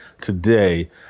today